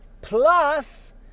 plus